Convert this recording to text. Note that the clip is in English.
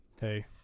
Hey